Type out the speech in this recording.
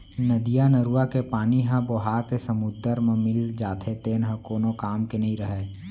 नदियाँ, नरूवा के पानी ह बोहाके समुद्दर म मिल जाथे तेन ह कोनो काम के नइ रहय